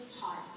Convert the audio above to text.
heart